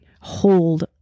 hold